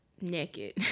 naked